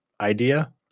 idea